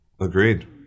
Agreed